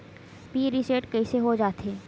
Pin reset कइसे हो जाथे?